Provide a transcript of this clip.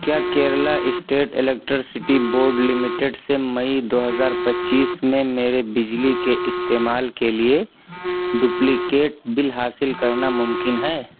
کیا Kerala state electricity board limited سے مئی دو ہزار پچیس میں میرے بجلی کے استعمال کے لیے ڈپلیکیٹ بل حاصل کرنا ممکن ہے